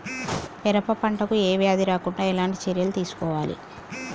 పెరప పంట కు ఏ వ్యాధి రాకుండా ఎలాంటి చర్యలు తీసుకోవాలి?